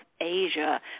Asia